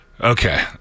Okay